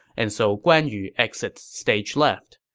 and so guan yu exits stage left.